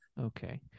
Okay